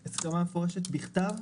יש לתת מענה להערה הזאת